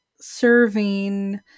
serving